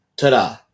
Ta-da